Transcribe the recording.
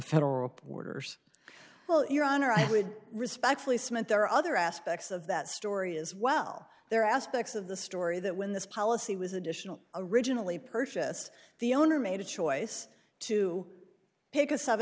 federal orders well your honor i would respectfully submit there are other aspects of that story as well there are aspects of the story that when this policy was additional originally purchased the owner made a choice to take a seven